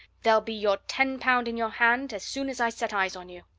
there'll be your ten pound in your hand as soon as i set eyes on you!